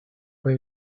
fue